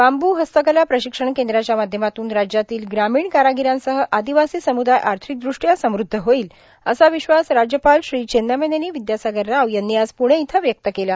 बांबू हस्तकला प्राशक्षण कद्राच्या माध्यमातून राज्यातील ग्रामीण कारागीरांसह आर्गादवासी समुदाय आर्थिकृष्ट्या समृध्द होईल असा र्विश्वास राज्यपाल श्री चेन्नामनेनी र्विद्यासागर राव यांनी आज पूणे इथं व्यक्त केला